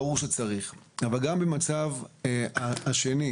ברור שצריך אבל גם במצב השני,